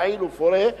יעיל ופורה,